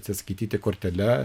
atsiskaityti kortele